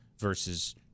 versus